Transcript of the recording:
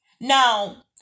Now